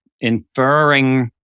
inferring